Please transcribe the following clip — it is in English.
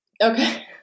Okay